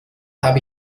habe